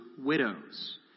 widows